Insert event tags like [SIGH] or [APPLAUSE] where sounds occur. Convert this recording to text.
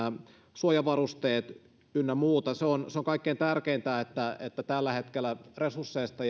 suojavarusteet ynnä muuta se on se on kaikkein tärkeintä että että tällä hetkellä resursseista [UNINTELLIGIBLE]